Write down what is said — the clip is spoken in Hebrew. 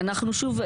שוב,